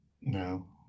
No